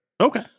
Okay